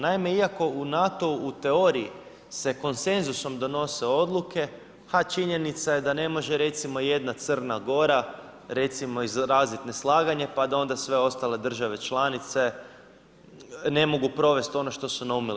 Naime, iako u NATO-u u teoriji se konsenzusom donose odluke, a činjenica je da ne može recimo jedna Crna Gora recimo izrazit neslaganje, pa da onda sve ostale države članice ne mogu provesti ono što su naumile.